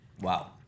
Wow